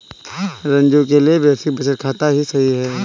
रंजू के लिए बेसिक बचत खाता ही सही रहेगा